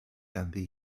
ganddi